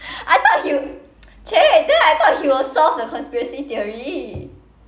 I thought he !chey! then I thought he will solve the conspiracy theory